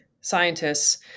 scientists